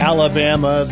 Alabama